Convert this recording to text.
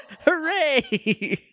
Hooray